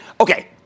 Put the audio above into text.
Okay